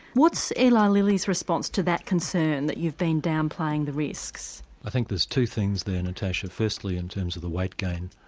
what's eli lilly's response to that concern, that you've been downplaying the risks? i think there's two things there, natasha, firstly in terms of the weight gain,